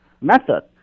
Method